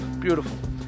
beautiful